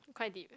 quite deep